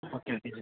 okay okay sir